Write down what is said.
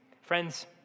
Friends